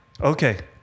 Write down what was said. Okay